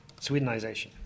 Swedenization